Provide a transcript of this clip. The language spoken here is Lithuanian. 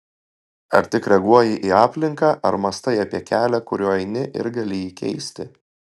ar tik reaguoji į aplinką ar mąstai apie kelią kuriuo eini ir gali jį keisti